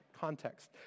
context